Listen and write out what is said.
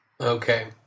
Okay